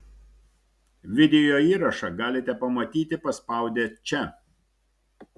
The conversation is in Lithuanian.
video įrašą galite pamatyti paspaudę čia